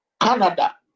canada